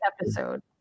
episode